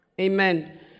Amen